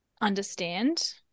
understand